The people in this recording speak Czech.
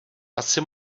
asi